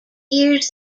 years